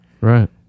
right